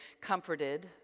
comforted